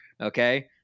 Okay